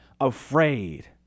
Afraid